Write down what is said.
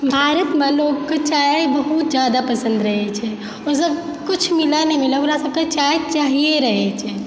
भारतमे लोगके चाय बहुत जादा पसंद रहैत छै ओसभ किछु मिलै नहि मिलय ओकरा सभकें चाय चाहिए रहैत छै